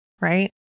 right